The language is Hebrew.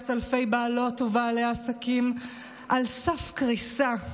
אלפי בעלות ובעלי עסקים על סף קריסה,